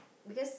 because